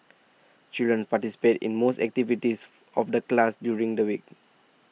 children participate in most activities of the class during the week